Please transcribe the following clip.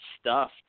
stuffed